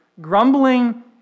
grumbling